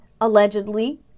allegedly